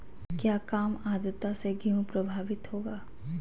क्या काम आद्रता से गेहु प्रभाभीत होगा?